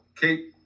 kate